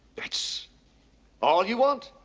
that's all you want?